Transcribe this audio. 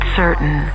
certain